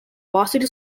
varsity